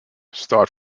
start